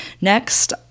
next